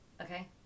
Okay